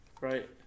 Right